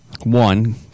One